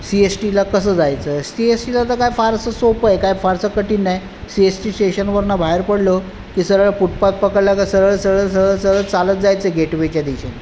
C S टीला कसं जायचं सी एस टीला तर काय फारसं सोपंय काय फारसं कटीन नाय सी एस टी स्टेशनवरनं बाहेर पडलो की सरळ फुटपात पकडला तर सरळ सरळ सरळ सरळ चालत जायचं गेटवेच्या दिशेने